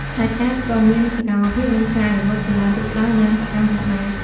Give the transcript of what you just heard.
ខេត្តកែបក៏មានសកម្មភាព និងការអភិវឌ្ឍន៍កីឡាទូកក្ដោងយ៉ាងសកម្មផងដែរ។